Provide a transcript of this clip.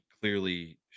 clearly